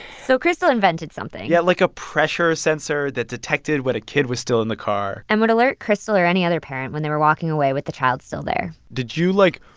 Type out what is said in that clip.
so crystal invented something yeah, like a pressure sensor that detected when a kid was still in the car and would alert crystal or any other parent when they were walking away with the child still there did you, like,